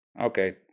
okay